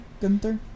gunther